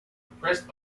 impressed